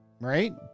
right